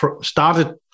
started